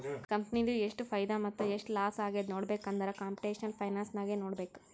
ಕಂಪನಿದು ಎಷ್ಟ್ ಫೈದಾ ಮತ್ತ ಎಷ್ಟ್ ಲಾಸ್ ಆಗ್ಯಾದ್ ನೋಡ್ಬೇಕ್ ಅಂದುರ್ ಕಂಪುಟೇಷನಲ್ ಫೈನಾನ್ಸ್ ನಾಗೆ ನೋಡ್ಬೇಕ್